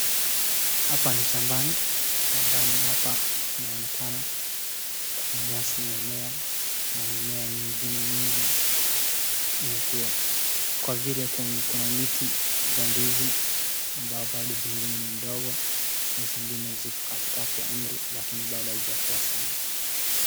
Hapa ni shambani. Shambani hapa inaonekana kuna nyasi imemea na mimea mingine mingi imekuwa kwa vile kuna miti za ndizi ambayo bado zingine ni ndogo na zingine ziko katikati ya umri lakini bado hazijakuwa sana.